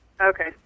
Okay